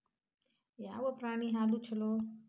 ಯಾವ ಪ್ರಾಣಿ ಹಾಲು ಛಲೋ?